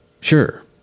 sure